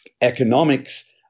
economics